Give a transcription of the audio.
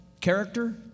character